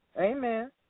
Amen